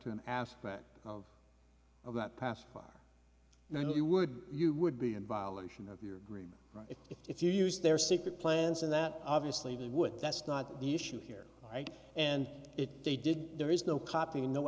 to an aspect of that pacifier then you would you would be in violation of your agreement right if you use their secret plans and that obviously would that's not the issue here right and if they did there is no copying n